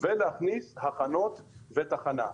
ולהכניס הכנות ותחנה.